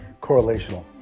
correlational